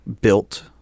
built